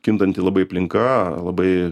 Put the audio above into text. kintanti labai aplinka labai